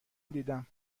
دیدم